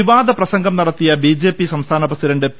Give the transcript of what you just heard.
വിവാദപ്രസംഗം നടത്തിയ ബിജെപി സംസ്ഥാന president P